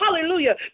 Hallelujah